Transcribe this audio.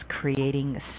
creating